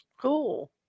Cool